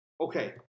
okay